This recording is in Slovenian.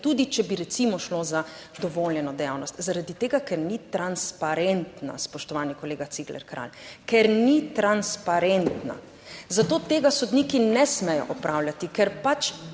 tudi če bi recimo šlo za dovoljeno dejavnost? Zaradi tega, ker ni transparentna, spoštovani kolega Cigler Kralj, ker ni transparentna. Zato tega sodniki ne smejo opravljati, ker pač